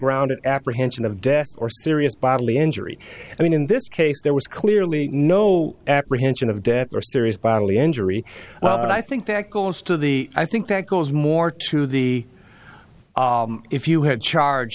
grounded apprehension of death or serious bodily injury i mean in this case there was clearly no apprehension of death or serious bodily injury i think that goes to the i think that goes more to the if you had charge